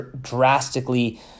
drastically